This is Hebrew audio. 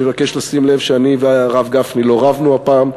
אני מבקש לשים לב שאני והרב גפני לא רבנו הפעם,